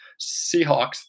seahawks